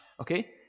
okay